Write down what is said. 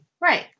Right